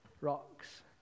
rocks